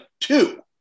two